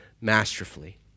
masterfully